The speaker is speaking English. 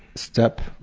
step.